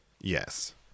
Yes